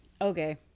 Okay